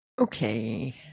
okay